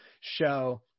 show